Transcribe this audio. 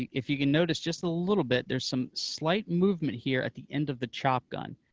if you can notice just a little bit, there's some slight movement here at the end of the chop gun,